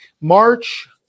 March